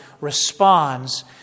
responds